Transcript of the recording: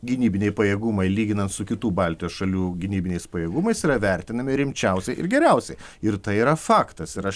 gynybiniai pajėgumai lyginant su kitų baltijos šalių gynybiniais pajėgumais yra vertinami rimčiausiai ir geriausiai ir tai yra faktas ir aš